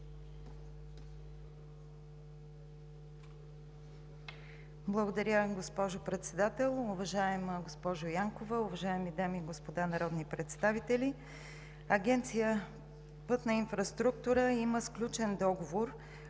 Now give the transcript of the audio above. Благодаря, госпожо Председател. Уважаема госпожо Янкова, уважаеми дами и господа народни представители! Агенция „Пътна инфраструктура“ има сключен договор от